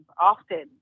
often